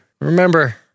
remember